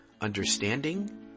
understanding